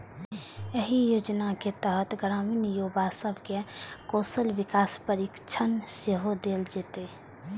एहि योजनाक तहत ग्रामीण युवा सब कें कौशल विकास प्रशिक्षण सेहो देल जेतै